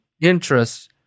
interests